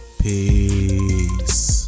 Peace